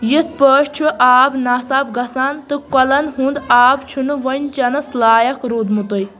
یِتھ پٲٹھۍ چھُ آب ناصاف گژھان تہٕ کۄلن ہُنٛد آب چھُنہٕ وۄنۍ چٮ۪نَس لایق روٗدمُتُے